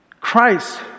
Christ